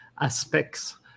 aspects